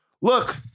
Look